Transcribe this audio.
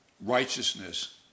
righteousness